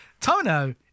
tono